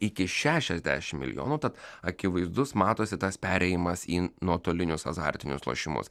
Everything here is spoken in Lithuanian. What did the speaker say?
iki šešiasdešimt milijonų tad akivaizdus matosi tas perėjimas į nuotolinius azartinius lošimus